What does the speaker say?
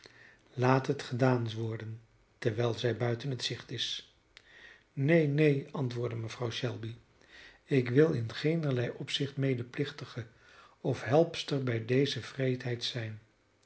laat het gedaan worden terwijl zij buiten t gezicht is neen neen antwoordde mevrouw shelby ik wil in geenerlei opzicht medeplichtige of helpster bij deze wreedheid zijn